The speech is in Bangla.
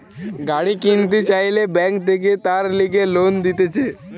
গাড়ি কিনতে চাইলে বেঙ্ক থাকে তার লিগে লোন দিতেছে